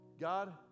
God